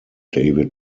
david